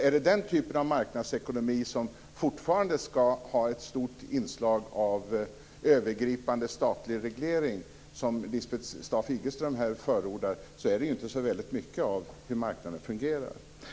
Är det den typen av marknadsekonomi, som fortfarande ska ha ett stort inslag av övergripande statlig reglering, som Lisbeth Staaf-Igelström här förordar? Då handlar det ju inte så väldigt mycket om hur marknaden fungerar.